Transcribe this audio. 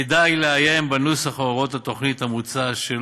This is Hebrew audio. כדאי לעיין בנוסח הוראות התוכנית המוצעת,